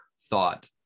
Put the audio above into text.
thought